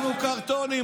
אנחנו קרטונים.